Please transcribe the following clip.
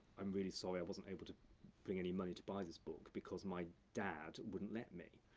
i'm really sorry i wasn't able to bring any money to buy this book, because my dad wouldn't let me,